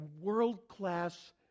world-class